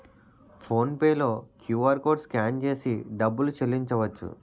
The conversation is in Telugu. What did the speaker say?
ఫోన్ పే లో క్యూఆర్కోడ్ స్కాన్ చేసి డబ్బులు చెల్లించవచ్చు